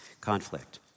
Conflict